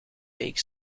week